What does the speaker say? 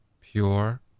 pure